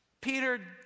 Peter